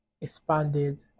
expanded